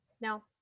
No